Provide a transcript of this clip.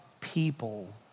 people